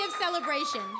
celebration